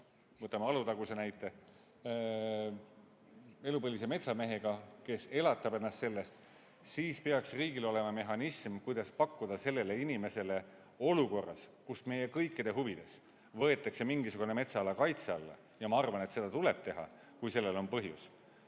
võtame Alutaguse näite – elupõlise metsamehega, kes elatab ennast sellest, siis peaks riigil olema mehhanism, kuidas pakkuda sellele inimesele [kompensatsiooni]. Olukorras, kus meie kõikide huvides võetakse mingisugune metsaala kaitse alla – ja ma arvan, et seda tuleb teha, kui selleks on põhjus,